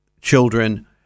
children